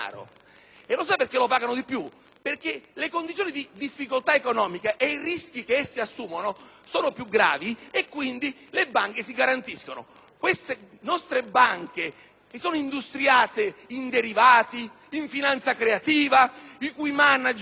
imprese pagano di più il denaro, perché le condizioni di difficoltà economiche e i rischi che esse assumono sono più gravi, e quindi le banche si garantiscono. Le nostre banche si sono industriate in derivati, in finanza creativa e i loro manager